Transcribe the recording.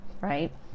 right